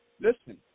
Listen